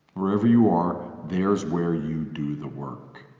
wherever you are, there's where you do the work.